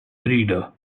breeder